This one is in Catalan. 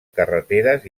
carreteres